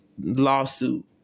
lawsuit